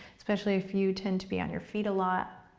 especially if you tend to be on your feet a lot.